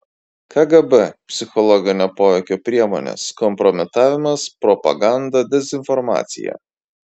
kgb psichologinio poveikio priemonės kompromitavimas propaganda dezinformacija